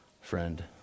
friend